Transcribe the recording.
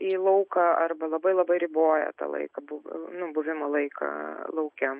į lauką arba labai labai riboja tą laiką nu buvimo laiką lauke